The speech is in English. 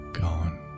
gone